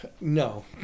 No